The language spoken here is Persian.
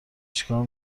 چیکار